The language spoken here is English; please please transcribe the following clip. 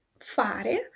fare